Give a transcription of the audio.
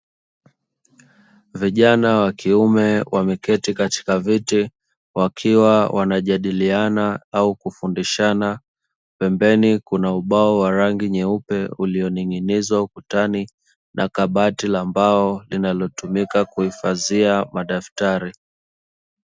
Vijana wa kiume wameketi katika viti wakiwa wanajadiliana au kufundishana, pembeni kuna ubao wa rangi nyeupe ulioning'inizwa ukutani na kabati la mbao linalotumika kuhifadhia madaftari.